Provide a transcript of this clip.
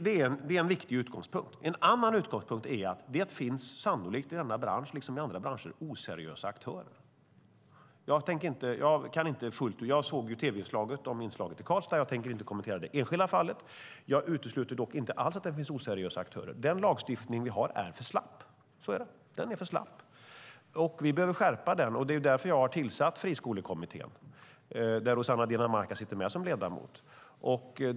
Det är en viktig utgångspunkt. En annan utgångspunkt är att det sannolikt inom denna bransch, liksom inom andra branscher, finns oseriösa aktörer. Jag såg tv-inslaget om Karlstad, men jag tänker inte kommentera det enskilda fallet. Jag utesluter dock inte alls att det finns oseriösa aktörer. Den lagstiftning vi har är för slapp. Så är det, den är för slapp. Vi behöver skärpa den. Det är därför jag har tillsatt en friskolekommitté, där Rossana Dinamarca sitter med som ledamot.